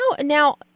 now